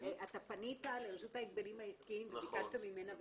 פנית לרשות ההגבלים העסקיים וביקשת ממנה תשובה,